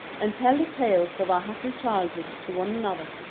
and tell the tales of our happy childhood to one another.